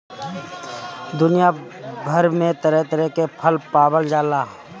दुनिया भर में तरह तरह के फल पावल जाला